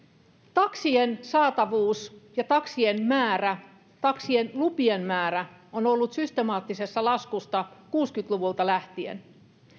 taksien saatavuus ja taksien määrä taksien lupien määrä on ollut systemaattisessa laskussa kuusikymmentä luvulta lähtien